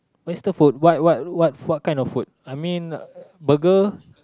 where's the food what what what what kind of food I mean burger